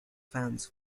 fans